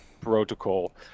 protocol